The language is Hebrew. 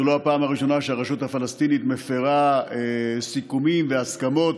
זאת לא הפעם הראשונה שהרשות הפלסטינית מפירה סיכומים והסכמות,